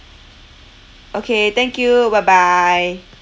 okay thank you bye bye